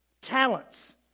talents